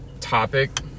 topic